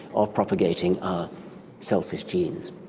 of propagating our selfish genes.